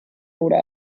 oder